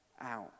out